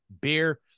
beer